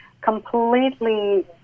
completely